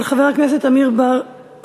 הצעה של חבר הכנסת עמר בר-לב,